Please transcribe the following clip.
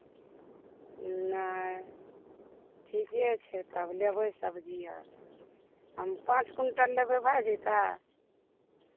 नहि ठीके छै तब लेबै सब्जी आओर हम पाँच क्विंटल लेबै भऽ जेतै